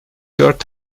dört